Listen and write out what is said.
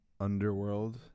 underworld